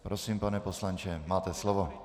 Prosím, pane poslanče, máte slovo.